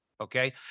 okay